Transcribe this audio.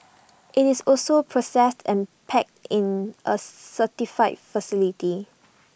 IT is also processed and packed in A certified facility